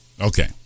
Okay